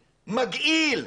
מגעיל.